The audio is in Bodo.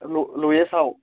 लवेस्टआव